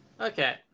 Okay